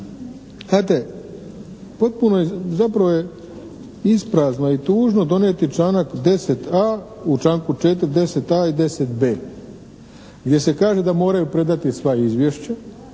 znate potpuno je, zapravo je isprazno i tužno donijeti članak 10.a, u članku 4. 10.a i 10.b gdje se kaže da moraju predati sva izvješća